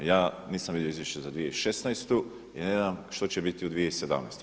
Ja nisam vidio izvješće za 2016. i ne znam što će biti u 2017.